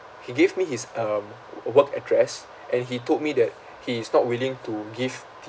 he gave me his um w~ work address and he told me that he is not willing to give